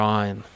Ryan